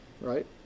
right